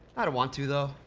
i don't want to though.